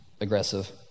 aggressive